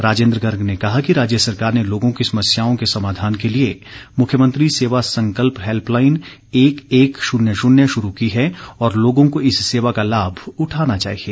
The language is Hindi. राजेन्द्र गर्ग ने कहा कि राज्य सरकार ने लोगों की समस्याओं के समाधान के लिए मुख्यमंत्री सेवा संकल्प हैल्पलाईन एक एक शून्य शून्य शुरू की है और लोगों को इस सेवा का लाभ उठाना चाहिए